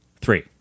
Three